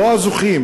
לא הזוכים,